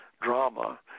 drama